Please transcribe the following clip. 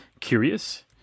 curious